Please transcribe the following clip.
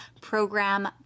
program